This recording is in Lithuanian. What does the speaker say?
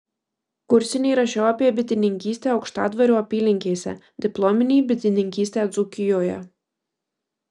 kursinį rašiau apie bitininkystę aukštadvario apylinkėse diplominį bitininkystę dzūkijoje